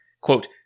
quote